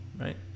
right